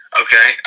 okay